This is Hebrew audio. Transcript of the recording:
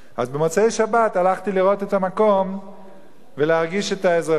אז במוצאי-שבת הלכתי לראות את המקום ולהרגיש את האזרחים,